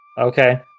Okay